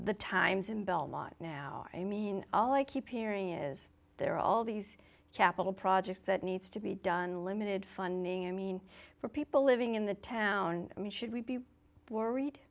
the times in belmont now i mean all i keep hearing is there are all these capital projects that needs to be done limited funding i mean for people living in the town i mean should we be worried